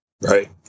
Right